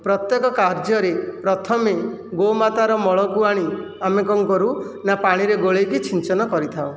ପ୍ରତ୍ୟେକ କାର୍ଯ୍ୟରେ ପ୍ରଥମେ ଗୋମାତାର ମଳକୁ ଆଣି ଆମେ କ'ଣ କରୁ ନା ପାଣିରେ ଗୋଳାଇକି ସିଞ୍ଚନ କରିଥାଉ